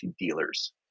dealers